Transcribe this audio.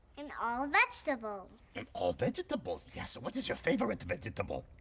and all vegetables. and all vegetables, yes. what is your favorite vegetable?